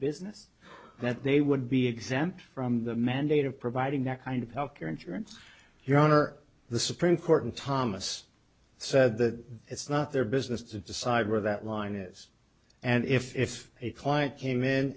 business that they would be exempt from the mandate of providing that kind of health care insurance your own or the supreme court and thomas said that it's not their business to decide where that line is and if a client came in